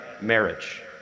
marriage